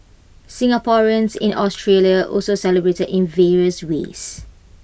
Singaporeans in Australia also celebrated in various ways